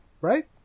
Right